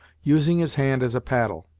using his hand as a paddle.